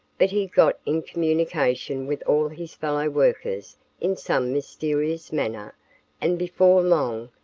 but he got in communication with all his fellow workers in some mysterious manner and before long,